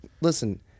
Listen